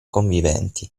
conviventi